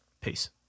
Peace